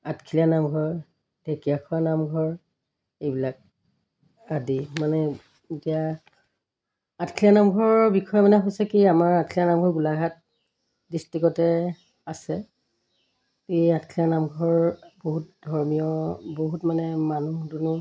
আঠখেলীয়া নামঘৰ ঢেকীয়াখোৱা নামঘৰ এইবিলাক আদি মানে এতিয়া আঠখেলীয়া নামঘৰৰ বিষয়ে মানে হৈছে কি আমাৰ আঠখেলীয়া নামঘৰ গোলাঘাট ডিষ্ট্ৰিকতে আছে এই আঠখেলীয়া নামঘৰ বহুত ধৰ্মীয় বহুত মানে মানুহ দুনুহ